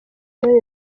john